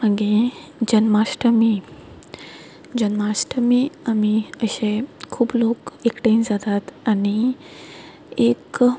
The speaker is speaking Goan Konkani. मागीर जन्माश्ठमी जन्माश्ठमी आमी अशे खूब लोक एकठांय जातात आनी एक